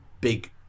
big